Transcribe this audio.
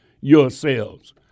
yourselves